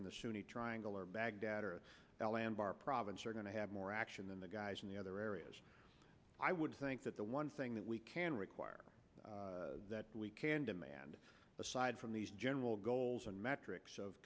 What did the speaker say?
in the sunni triangle or baghdad or al anbar province are going to have more action than the guys in the other areas i would think that the one thing that we can require that we can demand aside from these general goals and metrics of